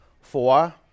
four